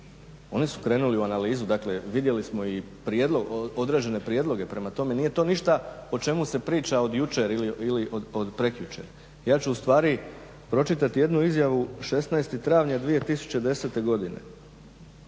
oni su krenuli u analizu. Dakle, vidjeli smo i određene prijedloge. Prema tome, nije to ništa o čemu se priča od jučer ili od prekjučer. Ja ću u stvari pročitati jednu izjavu 16. travnja 2010. godine.